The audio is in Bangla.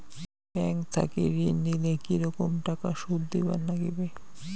ব্যাংক থাকি ঋণ নিলে কি রকম টাকা সুদ দিবার নাগিবে?